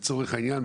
לצורך העניין,